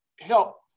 help